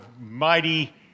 mighty